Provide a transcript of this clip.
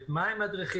את מה הם מדריכים,